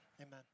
amen